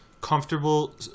comfortable